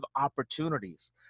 opportunities